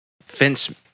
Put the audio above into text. Fence